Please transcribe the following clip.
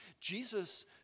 Jesus